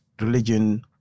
Religion